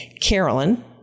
Carolyn